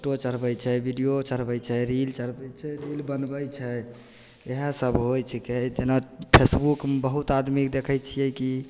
photo चढ़बै छै video चढ़बै छै रील चढ़बै छै रील बनबै छै इएहसब होइ छिकै जेना फेसबुकमे बहुत आदमीके देखै छिए कि